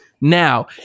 now